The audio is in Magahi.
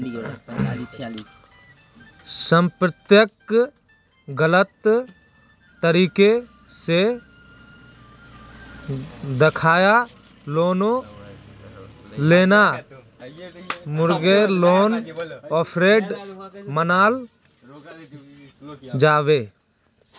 संपत्तिक गलत तरीके से दखाएँ लोन लेना मर्गागे लोन फ्रॉड मनाल जाबे